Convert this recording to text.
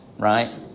right